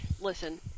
listen